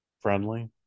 friendly